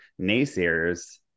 naysayers